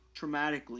traumatically